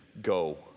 go